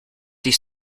his